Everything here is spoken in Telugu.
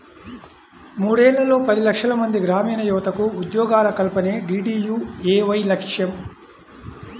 మూడేళ్లలో పది లక్షలమంది గ్రామీణయువతకు ఉద్యోగాల కల్పనే డీడీయూఏవై లక్ష్యం